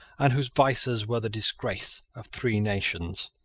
and whose vices were the disgrace, of three nations.